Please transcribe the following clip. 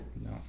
No